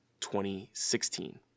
2016